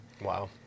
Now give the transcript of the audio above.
Wow